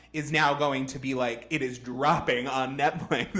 is now going to be like it is dropping on netflix.